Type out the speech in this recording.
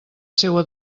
seua